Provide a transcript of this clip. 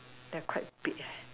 they are quite big eh